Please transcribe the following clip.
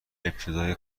ابتدای